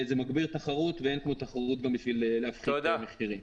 זה מגביר תחרות ואין כמו תחרות בשביל להפחית מחירים.